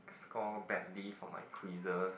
score badly for my quizzes